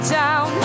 down